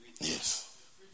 Yes